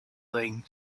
thing